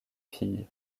fille